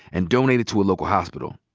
and donated to a local hospital.